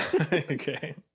Okay